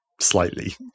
slightly